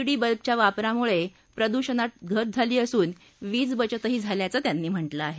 D बल्बच्या वापरामुळे प्रदूषणात घट झाली असून वीजबचतही झाल्याचं त्यांनी म्हटलं आहे